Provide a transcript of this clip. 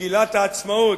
מגילת העצמאות,